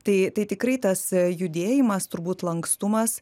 tai tai tikrai tas judėjimas turbūt lankstumas